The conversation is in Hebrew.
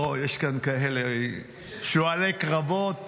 לא, יש כאן כאלה שועלי קרבות